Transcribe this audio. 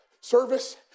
service